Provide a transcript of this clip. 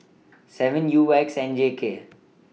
seven U X N J K